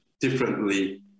differently